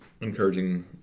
encouraging